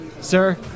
sir